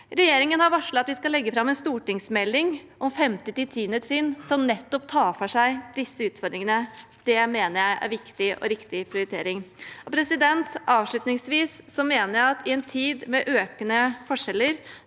Regjeringen har varslet at de skal legge fram en stortingsmelding om 5.–10. trinn som nettopp tar for seg disse utfordringene. Det mener jeg er en viktig og riktig prioritering. Avslutningsvis mener jeg at i det en tid med økende forskjeller